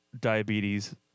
diabetes